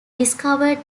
discovered